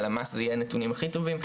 הלמ"ס יהיה הנתונים הכי טובים,